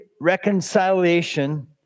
reconciliation